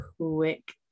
quick